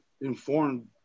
informed